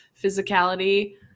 physicality